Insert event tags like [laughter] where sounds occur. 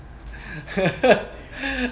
[laughs]